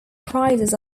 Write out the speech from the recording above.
prizes